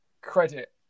credit